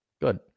Good